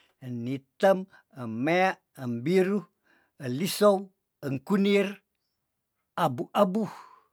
En nitem, em mea, em biru, elisou, engkunir, abu- abu,